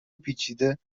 پیچیده